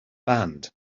band